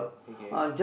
okay